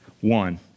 one